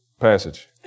passage